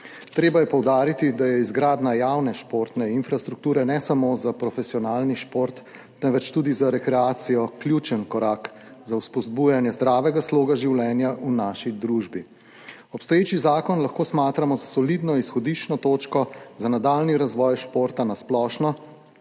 Treba je poudariti, da je izgradnja javne športne infrastrukture ne samo za profesionalni šport, temveč tudi za rekreacijo ključen korak za spodbujanje zdravega sloga življenja v naši družbi. Obstoječi zakon lahko smatramo za solidno izhodiščno točko za nadaljnji razvoj športa na splošno,